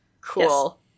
Cool